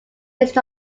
based